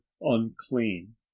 unclean